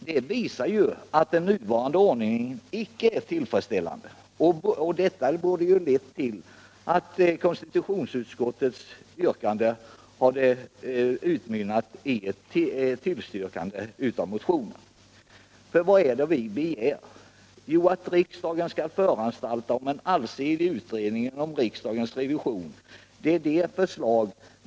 Det visar ju att den nuvarande ordningen icke är tillfredsställande, och detta borde ha lett till att konstitutionsutskottets yrkande hade utmynnat i ett tillstyrkande av motionen. För vad är det vi begär? Jo, att riksdagen skall föranstalta om en allsidig utredning av riksdagens revision, eftersom den är för svag.